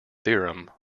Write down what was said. theorem